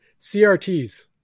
CRTs